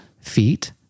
Feet